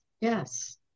Yes